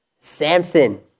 Samson